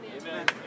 Amen